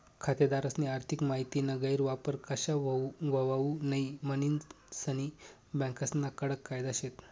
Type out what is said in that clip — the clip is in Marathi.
खातेदारस्नी आर्थिक माहितीना गैरवापर कशा व्हवावू नै म्हनीन सनी बँकास्ना कडक कायदा शेत